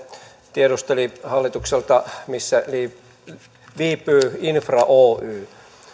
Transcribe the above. tiedusteli hallitukselta missä viipyy infra oy